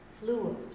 fluid